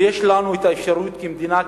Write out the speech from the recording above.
יש לנו את האפשרות כמדינה,